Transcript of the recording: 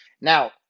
Now